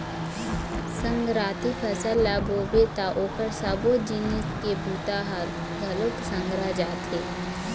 संघराती फसल ल बोबे त ओखर सबो जिनिस के बूता ह घलोक संघरा जाथे